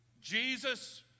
Jesus